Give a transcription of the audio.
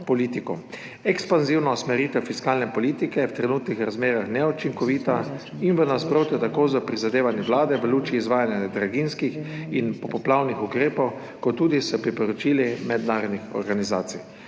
Ekspanzivna usmeritev fiskalne politike je v trenutnih razmerah neučinkovita in v nasprotju tako s prizadevanji Vlade v luči izvajanja draginjskih in popoplavnih ukrepov kot tudi s priporočili mednarodnih organizacij.